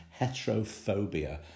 heterophobia